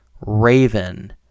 Raven